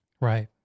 Right